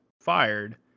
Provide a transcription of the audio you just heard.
fired